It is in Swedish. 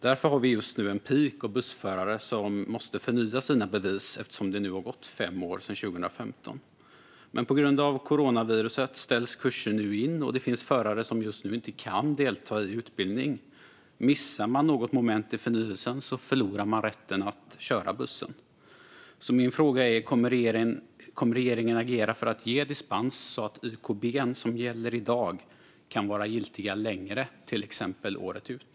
Därför har vi just nu en peak av bussförare som måste förnya sina bevis, eftersom det har gått fem år sedan 2015. På grund av coronaviruset ställs kurser in, och det finns förare som just nu inte kan delta i utbildning. Missar man något moment i förnyelsen förlorar man rätten att köra buss. Min fråga är därför: Kommer regeringen att agera för att ge dispens så att YKB som gäller i dag kan vara giltiga längre, till exempel året ut?